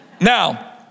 Now